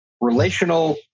relational